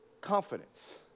confidence